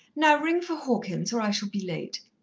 now ring for hawkins, or i shall be late.